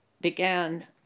began